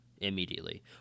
immediately